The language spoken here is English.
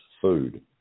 food